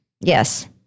yes